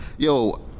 Yo